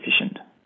efficient